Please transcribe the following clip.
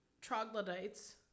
troglodytes